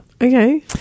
Okay